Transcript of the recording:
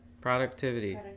Productivity